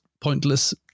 pointless